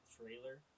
trailer